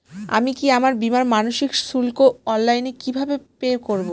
আমি কি আমার বীমার মাসিক শুল্ক অনলাইনে কিভাবে পে করব?